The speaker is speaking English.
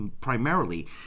primarily